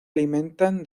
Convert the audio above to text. alimentan